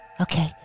okay